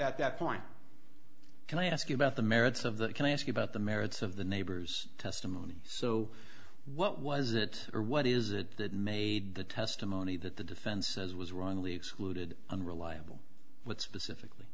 at that point can i ask you about the merits of that can i ask about the merits of the neighbors testimony so what was it or what is it that made the testimony that the defense says was wrongly excluded unreliable what specifically